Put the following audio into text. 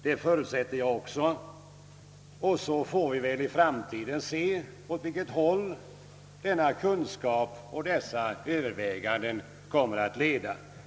Också jag förutsätter detta, och vi får väl i framtiden se i vilken riktning dessa överväganden kommer att leda.